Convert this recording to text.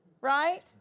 Right